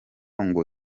ngo